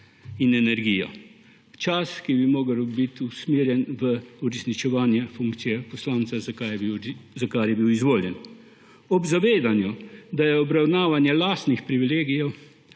in energijo. Čas, ki bi moral biti usmerjen v uresničevanje funkcije poslanca, za kar je bil izvoljen, ob zavedanju, da je obravnavanje lastnih privilegijev